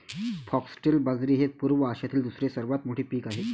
foxtail बाजरी हे पूर्व आशियातील दुसरे सर्वात मोठे पीक आहे